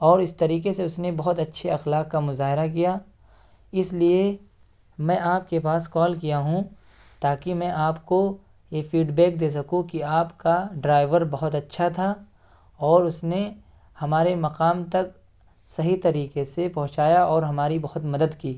اور اس طریقے سے اس نے بہت اچّھے اخلاق کا مظاہرہ کیا اس لیے میں آپ کے پاس کال کیا ہوں تا کہ میں آپ کو یہ فیڈ بیک دے سکوں کہ آپ کا ڈرائیور بہت اچّھا تھا اور اس نے ہمارے مقام تک صحیح طریقے سے پہنچایا اور ہماری بہت مدد کی